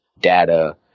data